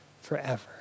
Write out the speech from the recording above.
forever